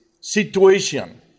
situation